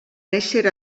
néixer